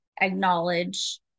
acknowledge